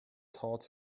taught